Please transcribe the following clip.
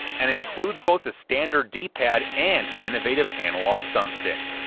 and includes both a standard d-pad and an innovative analogue thumbstick.